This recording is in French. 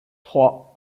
trois